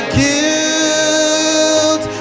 guilt